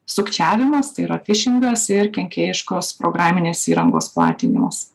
sukčiavimas tai yra fišingas ir kenkėjiškos programinės įrangos platinimas